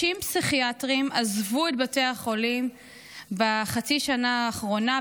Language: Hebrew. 50 פסיכיאטרים עזבו את בתי החולים בחצי השנה האחרונה,